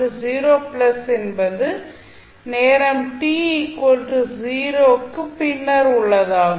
மற்றும் என்பது நேரம் பின்னர் உள்ளதாகும்